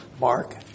Mark